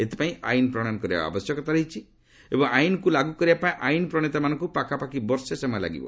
ଏଥିପାଇଁ ଆଇନ୍ ପ୍ରଶୟନ କରିବାର ଆବଶ୍ୟକତା ରହିଛି ଏବଂ ଆଇନ୍କୁ ଲାଗୁ କରିବା ପାଇଁ ଆଇନ୍ ପ୍ରଣେତାମାନଙ୍କୁ ପାଖାପାଖି ବର୍ଷେ ସମୟ ଲାଗିବ